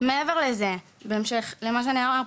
מעבר לזה, בהמשך למה שנאמר פה,